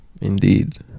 Indeed